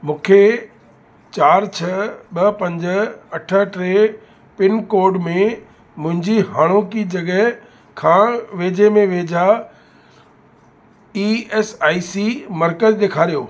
मूंखे चार छह ॿ पंज अठ टे पिनकोड में मुंहिंजी हाणोकी जॻहि खां वेझे में वेझा ई एस आई सी मर्कज़ ॾेखारियो